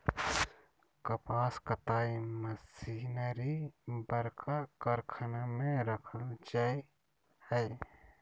कपास कताई मशीनरी बरका कारखाना में रखल जैय हइ